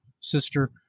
sister